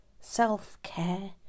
self-care